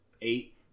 eight